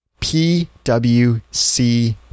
PWC